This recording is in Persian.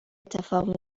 اتفاق